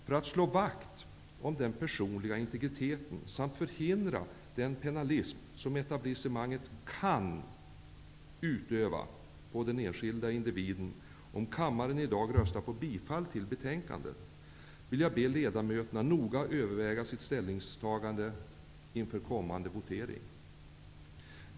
För att slå vakt om den personliga integriteten samt förhindra den pennalism som etablisemanget kan utöva mot den enskilda individen om kammaren i dag röstar för bifall till utskottets förslag, vill jag be ledamöterna noga överväga sitt ställningstagande inför kommande votering.